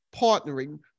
partnering